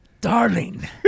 darling